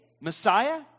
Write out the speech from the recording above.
Messiah